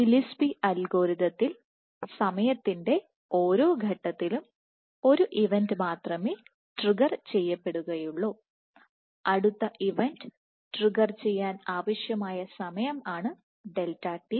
Gillespie അൽഗോരിതത്തിൽ സമയത്തിൻറെ ഓരോ ഘട്ടത്തിലും ഒരു ഇവന്റ് മാത്രമേ ട്രിഗർ ചെയ്യപ്പെടുകയുള്ളൂ അടുത്ത ഇവന്റ് ട്രിഗർ ചെയ്യാൻ ആവശ്യമായ സമയം ആണ് ഡെൽറ്റ t